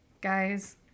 guys